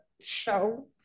show